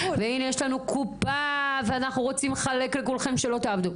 והינה יש לנו קופה ואנחנו רוצים לחלק לכולכם שלא תעבדו.